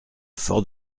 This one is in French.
fort